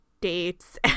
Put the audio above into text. dates